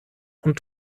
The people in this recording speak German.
und